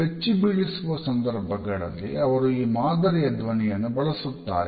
ಬೆಚ್ಚಿ ಬೀಳಿಸುವ ಸಂದರ್ಭಗಳಲ್ಲಿ ಅವರು ಈ ಮಾದರಿಯ ಧ್ವನಿಯನ್ನು ಬಳಸುತ್ತಾರೆ